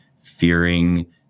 fearing